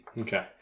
Okay